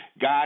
God